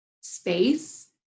space